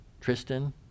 Tristan